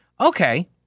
Okay